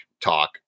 talk